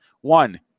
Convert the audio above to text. one